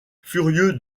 furieux